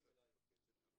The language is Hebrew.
מה שאת מבקשת,